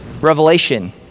revelation